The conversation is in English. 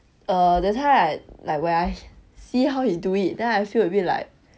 uh that time like when I see how he do it then I feel a bit like